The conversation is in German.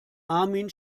armin